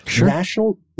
National